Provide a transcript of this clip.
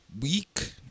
week